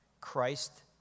Christ